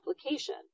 application